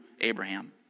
Abraham